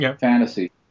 fantasy